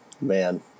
man